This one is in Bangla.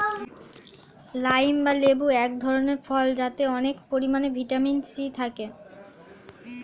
লাইম বা লেবু এক ধরনের ফল যাতে অনেক পরিমাণে ভিটামিন সি থাকে